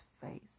face